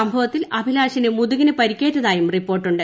സംഭവത്തിൽ അഭിലാഷിന് മുതുകിന് പരിക്കേറ്റതായും റിപ്പോർട്ടുണ്ട്